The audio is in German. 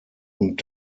und